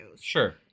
Sure